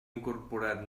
incorporat